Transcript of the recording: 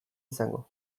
izango